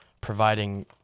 Providing